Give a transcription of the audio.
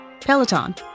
Peloton